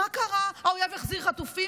מה קרה, האויב החזיר חטופים?